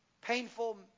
painful